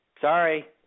Sorry